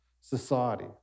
society